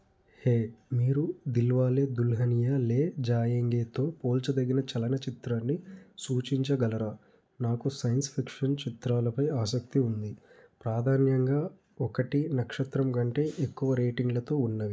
హే మీరు దిల్వాలే దుల్హనియా లే జాయేంగేతో పోల్చదగిన చలనచిత్రాన్ని సూచించగలరా నాకు సైన్స్ ఫిక్షన్ చిత్రాలపై ఆసక్తి ఉంది ప్రాధాన్యంగా ఒకటి నక్షత్రంకంటే ఎక్కువ రేటింగ్లతో ఉన్నవి